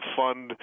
fund